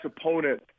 opponent